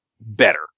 better